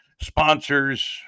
Sponsors